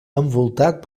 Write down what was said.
envoltat